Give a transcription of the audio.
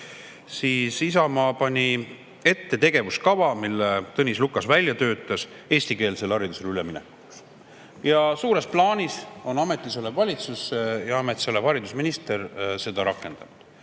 siis Isamaa pani ette tegevuskava, mille Tõnis Lukas välja töötas eestikeelsele haridusele üleminekuks. Ja suures plaanis on ametis olev valitsus ja ametis olev haridusminister seda rakendanud.